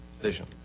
vision